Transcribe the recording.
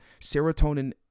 serotonin